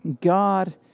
God